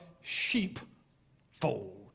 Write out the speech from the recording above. sheepfold